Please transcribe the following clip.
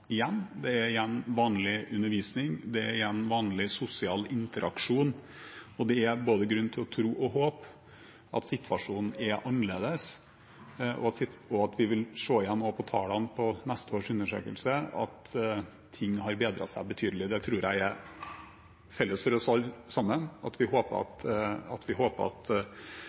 igjen. Det er igjen vanlig undervisning. Det er igjen vanlig sosial interaksjon, og det er grunn til både å tro og håpe at situasjonen er annerledes, og at vi vil se igjen på tallene på neste års undersøkelse at ting har bedret seg betydelig. Jeg tror det er felles for oss alle sammen at vi håper at det øyeblikksbildet vi